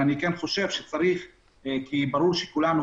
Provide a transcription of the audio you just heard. אבל אני חושב שצריך כי ברור שכולנו,